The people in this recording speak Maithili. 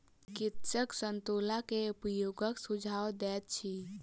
चिकित्सक संतोला के उपयोगक सुझाव दैत अछि